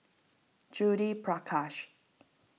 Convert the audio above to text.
Judith Prakash